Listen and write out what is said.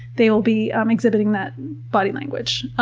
they will be um exhibiting that body language.